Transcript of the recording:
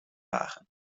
wagen